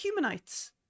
humanites